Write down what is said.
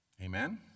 Amen